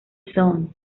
zone